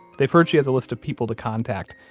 they've heard she has a list of people to contact,